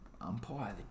umpire